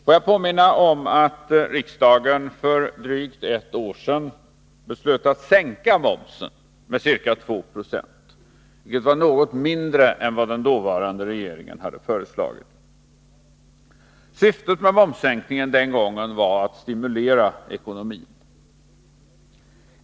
Får jag påminna om att riksdagen för drygt ett år sedan beslöt att sänka momsen med ca 2 26. Det var något mindre än vad den dåvarande regeringen hade föreslagit. Syftet med momssänkningen var att stimulera ekonomin.